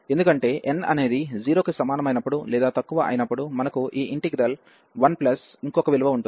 ఎందుకంటే n అనేది 0 కి సమానమైనప్పుడు లేదా తక్కువ అయినప్పుడు మనకు ఈ ఇంటిగ్రల్ 1 ప్లస్ ఇంకొక విలువ ఉంటుంది